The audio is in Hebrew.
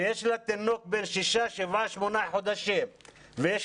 ויש לה תינוק בן שישה שמונה חודשים ויש